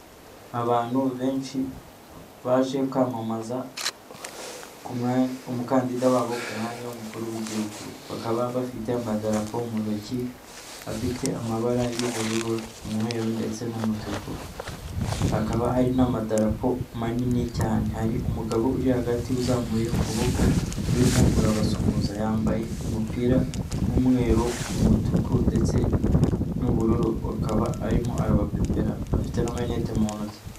Abantu benshi baje kwamamaza umukandida wabo ku mwanya w'umukuru w'igihugu bakaba bafite amadarapo mu ntoki afite amabara y'ubururu, umweru ndetse n'umutuku, hakaba hari n'amadarapo manini cyane hari umugabo uri hagati uzamuye ukuboko urimo urabasuhuza yambaye umupira w'umweru, umutuku ndetse n'ubururu akaba arimo arabapepera afite n'amarineti mu ntoki.